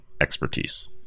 expertise